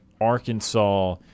Arkansas